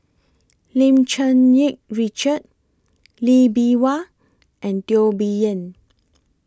Lim Cherng Yih Richard Lee Bee Wah and Teo Bee Yen